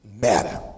matter